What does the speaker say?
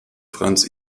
franz